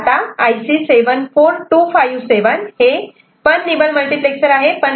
आता IC 74257 हे पण निबल मल्टिप्लेक्सर आहे